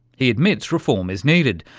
he admits reform is needed,